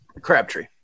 Crabtree